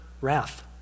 wrath